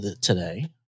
today